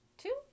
Two